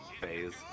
phase